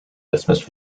dismissed